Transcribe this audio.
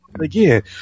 Again